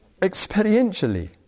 experientially